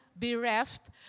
bereft